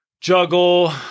juggle